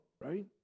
right